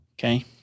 Okay